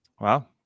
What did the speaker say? Wow